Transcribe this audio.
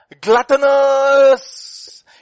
gluttonous